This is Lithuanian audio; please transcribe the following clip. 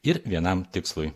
ir vienam tikslui